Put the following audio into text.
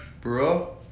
Bro